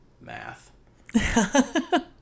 math